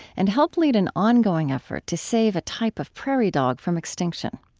and helped lead an ongoing effort to save a type of prairie dog from extinction.